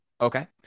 Okay